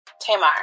Tamar